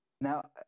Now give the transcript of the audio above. Now